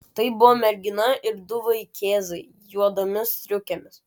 tai buvo mergina ir du vaikėzai juodomis striukėmis